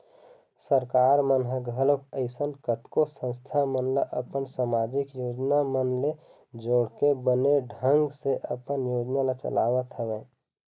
सरकार मन ह घलोक अइसन कतको संस्था मन ल अपन समाजिक योजना मन ले जोड़के बने ढंग ले अपन योजना ल चलावत हवय